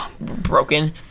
broken